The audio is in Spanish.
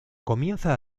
comienza